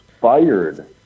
fired